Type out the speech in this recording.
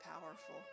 powerful